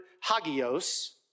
hagios